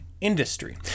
industry